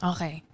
Okay